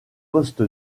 poste